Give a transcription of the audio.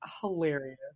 hilarious